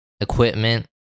equipment